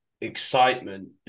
excitement